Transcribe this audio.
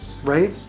right